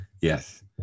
yes